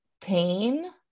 pain